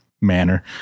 manner